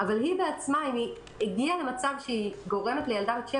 אבל אם היא הגיעה למצב שהיא גורמת לילדה בת 7